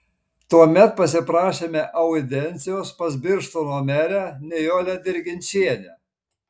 tuomet pasiprašėme audiencijos pas birštono merę nijolę dirginčienę